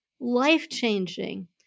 life-changing